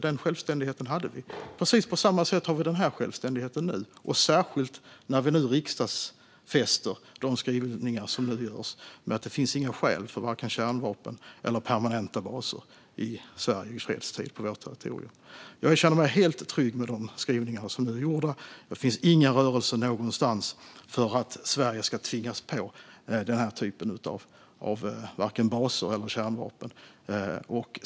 Den självständigheten har vi, och på samma sätt är det med självständigheten nu. Nu riksdagsfäster vi den med skrivningar om att det inte finns skäl för vare sig kärnvapen eller permanenta baser på vårt territorium i fredstid. Jag känner mig helt trygg med de skrivningar som nu görs. Det finns inga rörelser någonstans för att tvinga på Sverige vare sig baser eller kärnvapen.